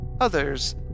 others